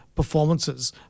Performances